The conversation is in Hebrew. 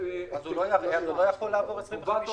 אם הוא לא יראה, הוא לא יכול לעבור את ה-25%.